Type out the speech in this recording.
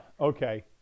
Okay